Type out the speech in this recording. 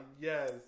Yes